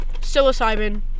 psilocybin